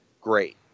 great